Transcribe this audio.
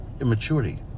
immaturity